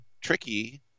tricky